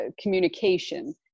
communication